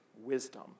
wisdom